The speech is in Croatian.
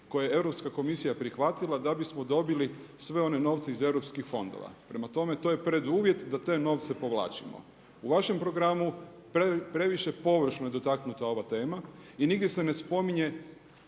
koje je Europska komisija prihvatila da bismo dobili sve one novce iz EU fondova. Prem tome, to je preduvjet da te novce povlačimo. U vašem programu previše površno je dotaknuta ova tema i nigdje se ne spominje